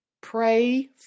Pray